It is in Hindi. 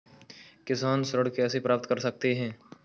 किसान ऋण कैसे प्राप्त कर सकते हैं?